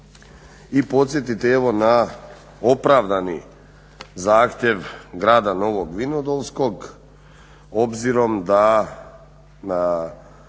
i podsjetiti na opravdani zahtjev Grada Novog Vinodolskog obzirom da